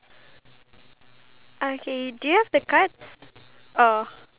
that we want like for example if I want to be a musician